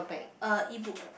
uh e-book